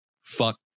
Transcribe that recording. fuck